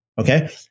Okay